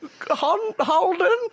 Holden